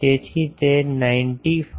તેથી તે 95